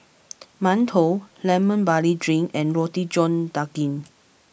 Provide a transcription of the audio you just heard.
Mantou Lemon Barley Drink and Roti John Daging